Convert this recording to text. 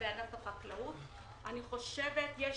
בענף החקלאות, כך צריך לעשות בענף הסיעוד.